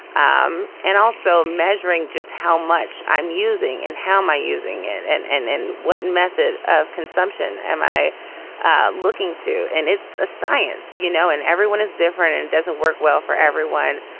um and also measuring just how much i'm using and how my using it and and then what method of consumption am i looking to. and it's a science you know and everyone is different it doesn't work well for everyone.